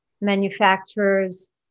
manufacturers